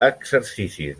exercicis